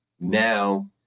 now